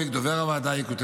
לדובר הוועדה יקותיאל צפרי.